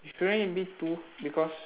shouldn't it be two because